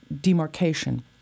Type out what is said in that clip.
demarcation